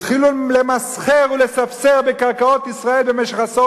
התחילו למסחר ולספסר בקרקעות ישראל במשך עשור,